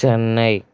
Chennai